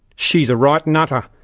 she's a right nutter!